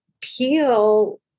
peel